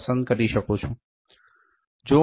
5 પસંદ કરી શકું છું